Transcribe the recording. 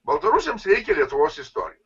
baltarusiams reikia lietuvos istorijos